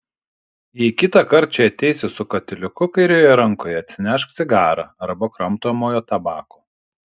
jei kitą kartą čia ateisi su katiliuku kairiojoje rankoje atsinešk cigarą arba kramtomojo tabako